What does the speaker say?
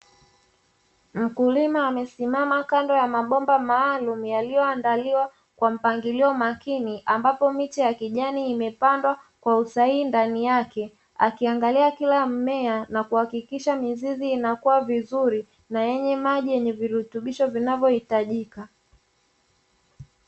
Mkulima amesimama kando ya mabomba maalumu, yaliyoandaliwa kwa mpangilio makini, ambapo miche ya kijani imepandwa kwa usahihi ndani yake akiangalia kila mmea na kuhakikisha mizizi inakua vizuri, na yenye maji na virutubisho vinavyohitajika.